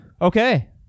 Okay